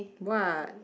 what